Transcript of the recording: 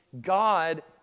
God